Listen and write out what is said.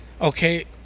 Okay